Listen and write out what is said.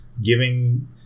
giving